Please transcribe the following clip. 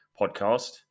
podcast